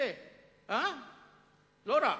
לא רע.